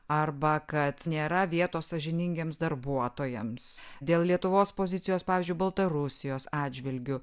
arba kad nėra vietos sąžiningiems darbuotojams dėl lietuvos pozicijos pavyzdžiui baltarusijos atžvilgiu